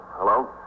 Hello